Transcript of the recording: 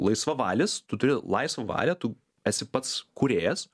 laisvavalis tu turi laisvą valią tu esi pats kūrėjas